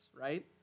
right